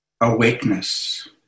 awakeness